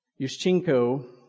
Yushchenko